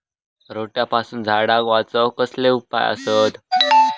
रोट्यापासून झाडाक वाचौक कसले उपाय आसत?